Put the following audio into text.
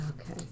Okay